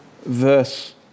verse